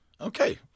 Okay